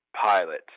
Pilot